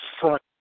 front